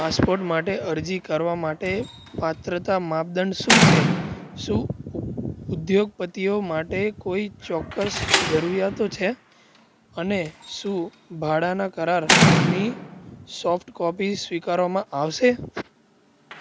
passport માટે અરજી કરવા માટે પાત્રતા માપદંડ શું છે શું ઉદ્યોગપતિઓ માટે કોઈ ચોક્કસ જરૂરિયાતો છે અને શું ભાડાના કરારની સોફ્ટકોપી સ્વીકારવામાં આવશે